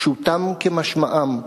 פשוטם כמשמעם,